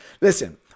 Listen